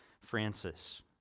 Francis